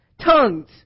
Tongues